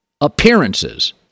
appearances